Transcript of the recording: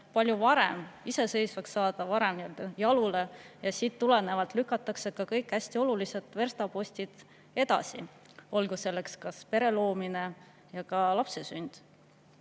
palju varem iseseisvaks, saada varem jalule. Sellest tulenevalt lükatakse kõik hästi olulised verstapostid edasi, olgu selleks kas või pere loomine, lapse sünd.